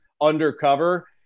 undercover